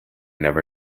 never